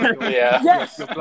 yes